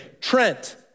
Trent